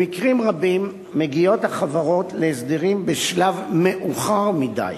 במקרים רבים מגיעות החברות להסדרים בשלב מאוחר מדי,